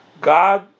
God